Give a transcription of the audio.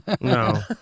No